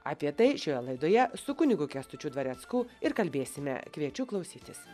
apie tai šioje laidoje su kunigu kęstučiu dvarecku ir kalbėsime kviečiu klausytis